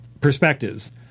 perspectives